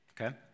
okay